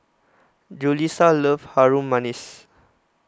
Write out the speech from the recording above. Julisa loves Harum Manis